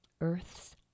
Earth's